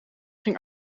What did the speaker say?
ging